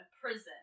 prison